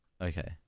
Okay